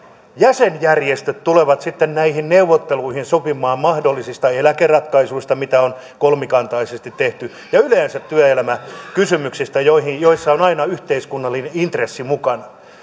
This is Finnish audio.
jäsenjärjestöt tulevat sitten näihin neuvotteluihin sopimaan mahdollisista eläkeratkaisuista mitä on kolmikantaisesti tehty ja yleensä työelämäkysymyksistä joissa on on aina yhteiskunnallinen intressi mukana